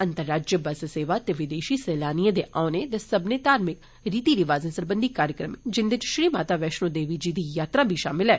अंतर राज्य बस सेवा ते विदेशी सैलाकनएं दे औने ते सब्बने धार्मिक रीति रिवाजें सरबंधी कार्यक्रमें जिन्दे इच श्री माता बैश्णो देवी जी दी यात्रा बी शामल ऐ